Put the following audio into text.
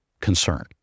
concern